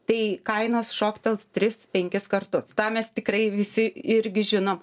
tai kainos šoktels tris penkis kartus tą mes tikrai visi irgi žino